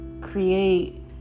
create